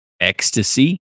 ecstasy